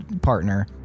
partner